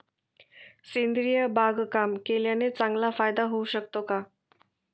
सेंद्रिय बागकाम केल्याने चांगला फायदा होऊ शकतो का?